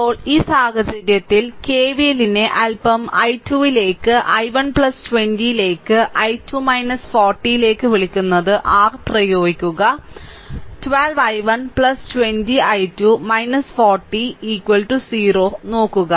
ഇപ്പോൾ ഈ സാഹചര്യത്തിൽ കെവിഎല്ലിനെ അൽപം 12 ലേക്ക് I1 20 ലേക്ക് I2 40 ലേക്ക് വിളിക്കുന്നത് r പ്രയോഗിക്കുക 0 12 I1 20 I2 40 0 നോക്കുക